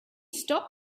stop